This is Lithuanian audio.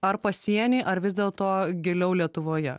ar pasieny ar vis dėlto giliau lietuvoje